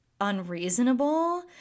unreasonable